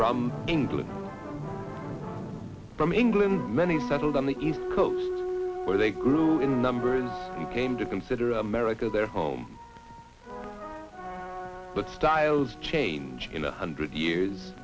england from england many settled on the east coast where they grew in numbers you came to consider america their home but styles change in a hundred years